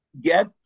Get